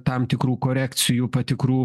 tam tikrų korekcijų patikrų